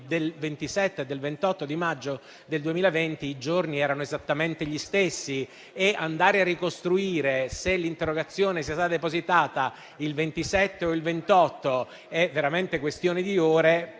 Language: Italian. del 27 e del 28 maggio 2020, i giorni erano esattamente gli stessi. Andare a ricostruire se l'interrogazione sia stata depositata il 27 o il 28, è veramente questione di ore;